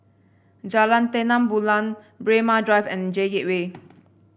Jalan Terang Bulan Braemar Drive and J Gateway